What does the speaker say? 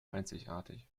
einzigartig